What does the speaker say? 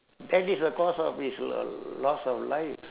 and he's a cause of his uh loss of life